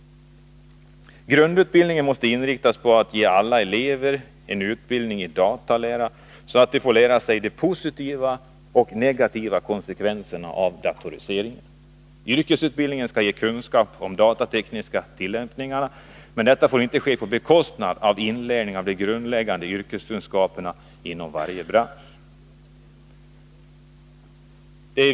Datateknikens Grundutbildningen måste inriktas på att ge alla elever en utbildning i effekter på arbetsdatalära, så att de får lära sig att se de positiva och negativa konsekvenserna = J;vet Yrkesutbildningen skall ge kunskap om de datatekniska tillämpningarna, men detta får inte ske på bekostnad av inlärning av de grundläggande yrkeskunskaperna inom varje bransch.